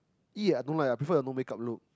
!ee! I don't like I prefer her no makeup look